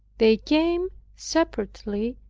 they came separately,